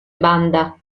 banda